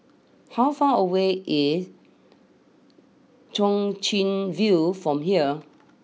how far away is Chwee Chian view from here